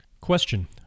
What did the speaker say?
Question